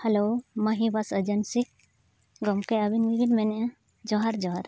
ᱢᱟᱹᱦᱤ ᱜᱚᱢᱠᱮ ᱟᱵᱤᱱ ᱜᱮᱵᱮᱱ ᱢᱮᱱᱮᱫᱼᱟ ᱡᱚᱦᱟᱨ ᱡᱚᱦᱟᱨ